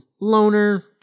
loner